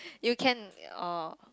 you can oh